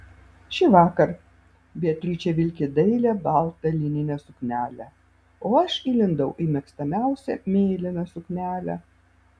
šįvakar beatričė vilki dailią baltą lininę suknelę o aš įlindau į mėgstamiausią mėlyną suknelę